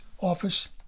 office